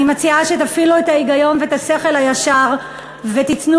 אני מציעה שתפעילו את ההיגיון ואת השכל הישר ותיתנו